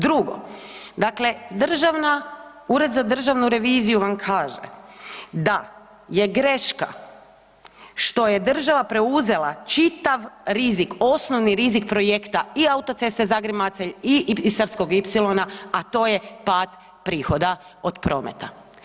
Drugo, dakle državna, Ured za Državnu reviziju vam kaže da je greška što je država preuzela čitav rizik, osnovni rizik projekta i autoceste Zagreb-Macelj i Istarskog ipsilona, a to je pad prihoda od prometa.